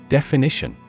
Definition